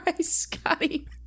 scotty